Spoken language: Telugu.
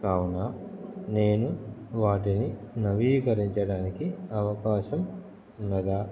కావున నేను వాటిని నవీకరించడానికి అవకాశం ఉందా